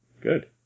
Good